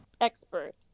Expert